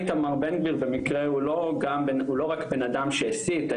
איתמר בן גביר במקרה הוא לא רק בנאדם שהסית,